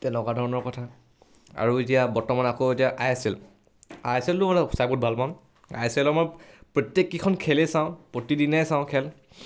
তেনেকুৱা ধৰণৰ কথা আৰু এতিয়া বৰ্তমান আকৌ এতিয়া I S L I S এলটো মানে চাই বহুত ভাল পাওঁ আই এছ এলৰ মই প্ৰত্যেকেইখন খেলেই চাওঁ প্ৰতিদিনেই চাওঁ খেল